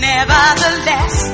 Nevertheless